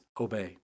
obey